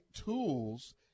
tools